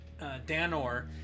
Danor